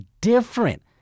different